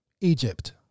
Egypt